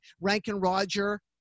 Rankin-Roger